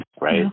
Right